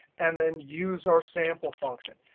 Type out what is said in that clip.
and then use our sample function.